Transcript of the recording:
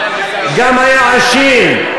גם היה עשיר,